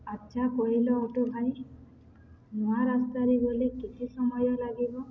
ଆଚ୍ଛା କହିଲ ଅଟୋ ଭାଇ ନୂଆ ରାସ୍ତାରେ ଗଲେ କେତେ ସମୟ ଲାଗିବ